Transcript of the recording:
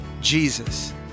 Jesus